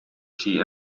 she